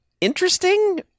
interesting